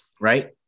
right